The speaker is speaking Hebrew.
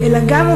אלא גם,